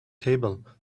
table